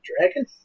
dragon